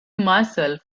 myself